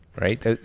right